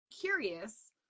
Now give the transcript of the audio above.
curious